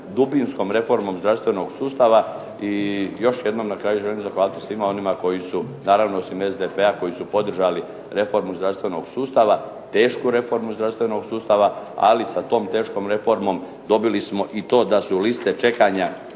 dubinskom reformom zdravstvenog sustava. I još jednom na kraju želim zahvaliti svima onima koji su, naravno osim SDP-a, koji su podržali reformu zdravstvenog sustava, tešku reformu zdravstvenog sustava, ali sa tom teškom reformom dobili smo i to da su liste čekanja